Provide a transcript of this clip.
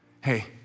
Hey